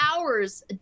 hours